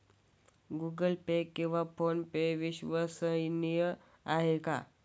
Google Pay किंवा PhonePe विश्वसनीय आहेत का?